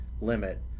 limit